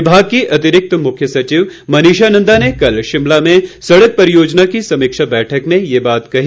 विभाग की अतिरिक्त मुख्य सचिव मनीषा नंदा ने कल शिमला में सड़क परियोजना की समीक्षा बैठक में ये बात कही